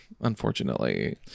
Unfortunately